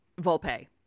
Volpe